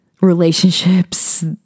relationships